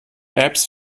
apps